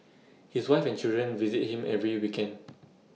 his wife and children visit him every weekend